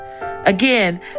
Again